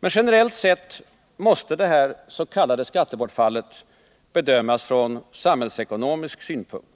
Men generellt sett måste detta s.k. skattebortfall bedömas från samhällsekonomisk synpunkt.